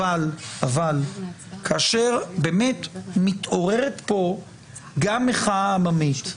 אבל כאשר באמת מתעוררת פה גם מחאה עממית,